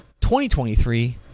2023